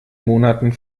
monaten